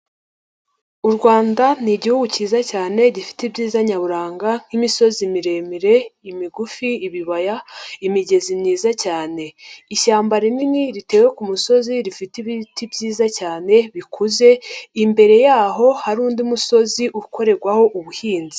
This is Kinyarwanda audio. U Rwanda ni Igihugu cyiza cyane gifite ibyiza nyaburanga nk'imisozi miremire, imigufi, ibibaya, imigezi myiza cyane. Ishyamba rinini ritewe ku musozi rifite ibiti byiza cyane bikuze, imbere yaho hari undi musozi ukorerwaho ubuhinzi.